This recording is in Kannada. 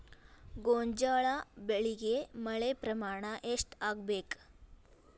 ಗೋಂಜಾಳ ಬೆಳಿಗೆ ಮಳೆ ಪ್ರಮಾಣ ಎಷ್ಟ್ ಆಗ್ಬೇಕ?